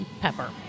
pepper